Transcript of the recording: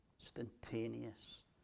instantaneous